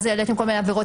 ואז העליתם כל מיני עבירות